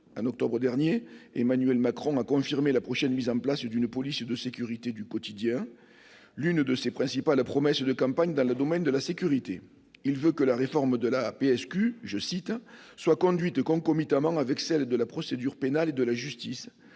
En octobre dernier, Emmanuel Macron a confirmé la prochaine mise en place d'une « police de sécurité du quotidien », l'une de ses principales promesses de campagne dans le domaine de la sécurité. Il veut que la réforme de la PSQ soit « concomitante avec celle de la procédure pénale et de la justice »,